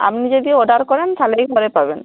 আপনি যদি অর্ডার করেন তাহলেই পরে পাবেন